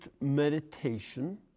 meditation